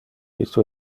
isto